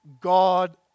God